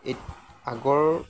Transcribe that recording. এত আগৰ